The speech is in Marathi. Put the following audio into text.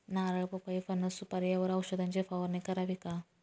नारळ, पपई, फणस, सुपारी यावर औषधाची फवारणी करावी का?